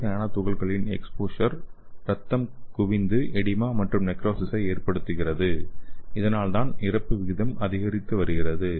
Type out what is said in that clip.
silver nano துகள்களின் exposure இரத்தம் குவிந்து எடிமா மற்றும் நெக்ரோசிஸை ஏற்படுத்துகிறது அதனால்தான் இறப்பு விகிதம் அதிகரித்து வருகிறது